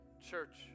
church